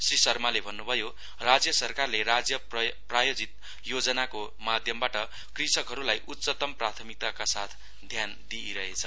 श्री शर्माले भन्नुभयो राज्य सरकारले राज्य प्रायोजित योजनाको माध्यमबाट कृषकहरूलाई उच्चतम प्राथमिकताका साथ ध्यान दिइरहेछ